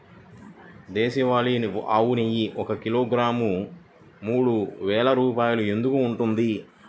దేశవాళీ ఆవు నెయ్యి ఒక కిలోగ్రాము మూడు వేలు రూపాయలు ఎందుకు ఉంటుంది?